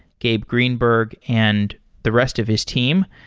gabe greenberg, and the rest of his team.